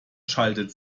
schaltet